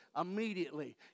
immediately